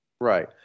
Right